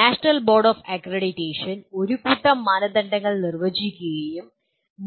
national board of accreditation ഒരു കൂട്ടം മാനദണ്ഡങ്ങൾ നിർവചിക്കുകയും